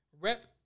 Rep